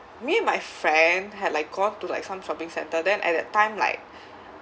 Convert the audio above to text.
me and my friend had like gone to like some shopping centre then at that time like